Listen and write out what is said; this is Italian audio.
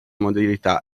modalità